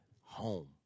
Home